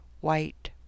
white